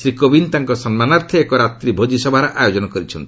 ଶ୍ରୀ କୋବିନ୍ଦ ତାଙ୍କ ସମ୍ମାନାର୍ଥେ ଏକ ରାତ୍ରିଭୋଜି ସଭାର ଆୟୋଜନ କରିଛନ୍ତି